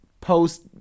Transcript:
post